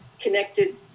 connected